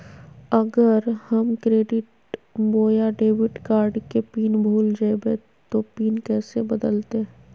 अगर हम क्रेडिट बोया डेबिट कॉर्ड के पिन भूल जइबे तो पिन कैसे बदलते?